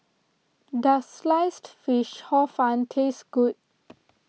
does Sliced Fish Hor Fun taste good